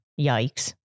yikes